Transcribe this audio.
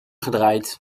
gedraaid